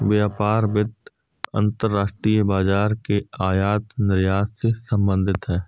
व्यापार वित्त अंतर्राष्ट्रीय बाजार के आयात निर्यात से संबधित है